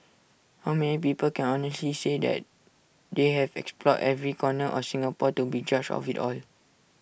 how many people can honestly say that they have explored every corner of Singapore to be judge of IT all